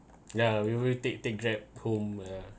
ya we will take take Grab home uh